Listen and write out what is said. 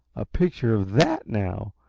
a picture of that, now!